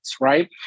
right